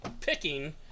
picking